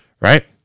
right